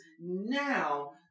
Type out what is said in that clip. now